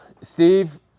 Steve